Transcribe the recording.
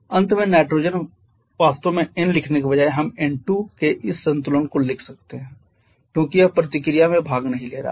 अंत में नाइट्रोजन वास्तव में N लिखने के बजाय हम N2 के इस संतुलन को लिख सकते हैं क्योंकि यह प्रतिक्रिया में भाग नहीं ले रहा है